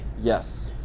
yes